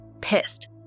pissed